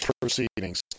proceedings